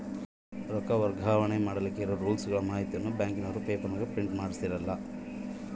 ರೊಕ್ಕ ವರ್ಗಾವಣೆ ಮಾಡಿಲಿಕ್ಕೆ ಇರೋ ರೂಲ್ಸುಗಳ ಮಾಹಿತಿಯನ್ನ ಬ್ಯಾಂಕಿನವರು ಪೇಪರನಾಗ ಪ್ರಿಂಟ್ ಮಾಡಿಸ್ಯಾರೇನು?